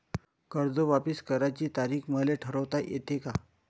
कर्ज वापिस करण्याची तारीख मले ठरवता येते का?